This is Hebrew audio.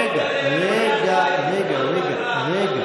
רגע, רגע, רגע,